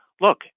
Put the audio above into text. look